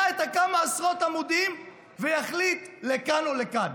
כמה עשרות עמודים ויחליט לכאן או לכאן.